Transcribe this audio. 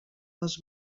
les